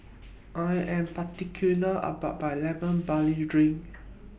I Am particular about My Lemon Barley Drink